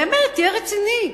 באמת, תהיה רציני.